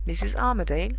mrs. armadale?